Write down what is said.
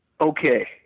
Okay